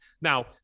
Now